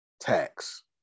tax